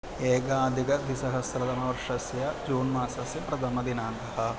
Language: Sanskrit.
एकाधिकद्विसहस्रतमवर्षस्य जून्मासस्य प्रथमदिनाङ्कः